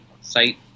Site